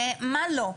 מה לא.